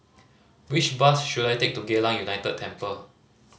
which bus should I take to Geylang United Temple